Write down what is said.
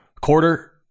quarter